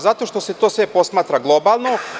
Zato što se to sve posmatra globalno.